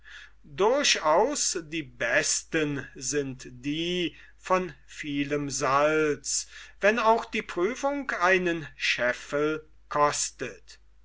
durchaus die besten sind die von vielem salz wenn auch die prüfung einen scheffel kostet